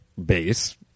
Base